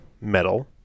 metal